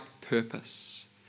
purpose